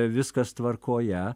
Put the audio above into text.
viskas tvarkoje